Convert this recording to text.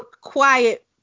quiet